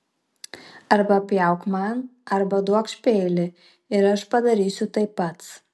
arba pjauk man arba duokš peilį ir aš padarysiu tai pats